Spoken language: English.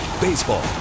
Baseball